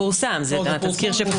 זה פורסם כטיוטה.